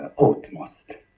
utmost.